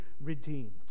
redeemed